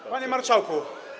Panie Marszałku!